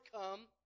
come